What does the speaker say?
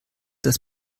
das